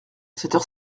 cette